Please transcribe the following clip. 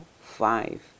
five